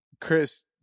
Chris